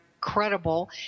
credible